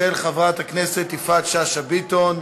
התשע"ה 2015, של חברת הכנסת יפעת שאשא ביטון.